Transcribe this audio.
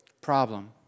Problem